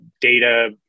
data